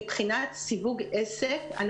מבחינת סיווג עסק,